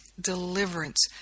deliverance